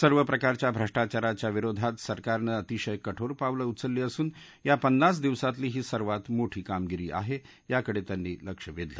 सर्व प्रकारच्या भ्रष्टाचाराच्या विरोधात सरकारनं अतिशय कठोर पावलं उचलली असून या पन्नास दिवसातली ही सर्वात मोठी कामगिरी आहा याकडव्यांनी लक्ष वद्यलं